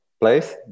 place